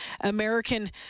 American